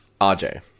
rj